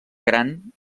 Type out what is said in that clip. gran